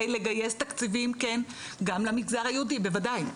לגייס תקציבים גם למגזר היהודי בוודאי.